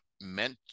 meant